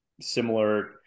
similar